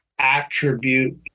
attribute